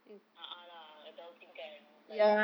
a'ah lah adulting kan like